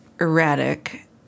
erratic